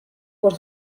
por